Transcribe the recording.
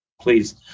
please